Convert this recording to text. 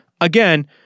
again